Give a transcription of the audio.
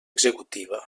executiva